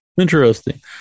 Interesting